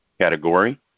category